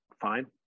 fine